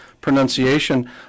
pronunciation